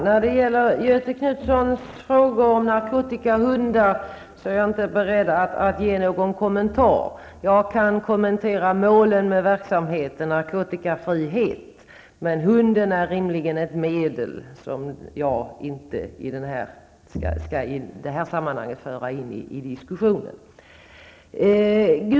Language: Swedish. Herr talman! Göthe Knutsons frågor om narkotikahundar är jag inte beredd att kommentera. Jag kan kommentera målen med verksamheten -- narkotikafrihet -- men hundar är rimligen ett medel som jag i detta sammanhang inte kan föra in i diskussionen.